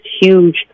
huge